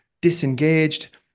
disengaged